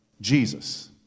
Jesus